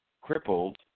Crippled